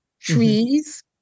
trees